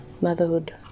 motherhood